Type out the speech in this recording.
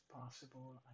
possible